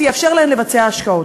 כי זה יאפשר להן לבצע השקעות.